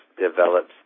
develops